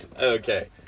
Okay